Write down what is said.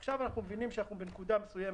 עכשיו אנחנו מבינים שאנחנו בנקודה מסוימת,